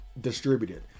distributed